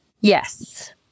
Yes